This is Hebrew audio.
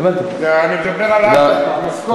אני מדבר על משכורת.